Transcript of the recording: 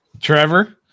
Trevor